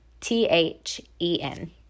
T-H-E-N